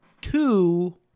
two